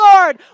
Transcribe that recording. Lord